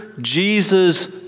Jesus